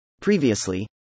Previously